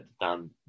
done